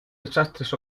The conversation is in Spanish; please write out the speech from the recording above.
desastres